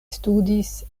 studis